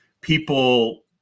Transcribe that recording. people